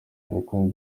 ubukungu